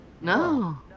No